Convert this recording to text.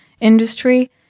industry